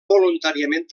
voluntàriament